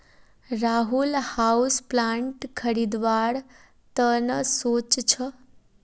Rahul houseplant खरीदवार त न सो च छ